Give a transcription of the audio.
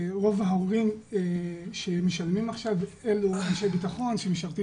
רוב ההורים שמשלמים עכשיו הם אנשי ביטחון שמשרתים